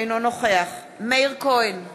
אינו נוכח מאיר כהן,